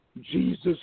Jesus